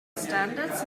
standards